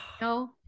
no